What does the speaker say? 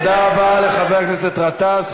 תודה רבה לחבר הכנסת גטאס.